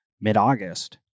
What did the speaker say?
mid-August